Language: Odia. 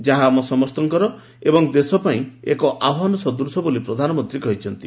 ଯାହା ଆମ ସମସ୍ତଙ୍କର ଏବଂ ଦେଶ ପାଇଁ ଏହା ଏକ ଆହାନ ସଦୂଶ ବୋଲି ପ୍ରଧାନମନ୍ତୀ କହିଛନ୍ତି